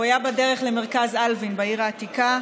הוא היה בדרך למרכז אלווין בעיר העתיקה.